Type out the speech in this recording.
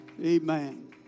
Amen